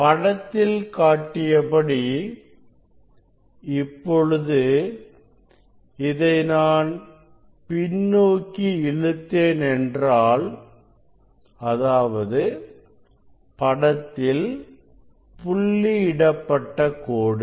படத்தில் காட்டியபடி இப்பொழுது இதை நான் பின்னோக்கி இழுத்தேன் என்றால் அதாவது படத்தில் புள்ளி இடப்பட்ட கோடு